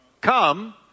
come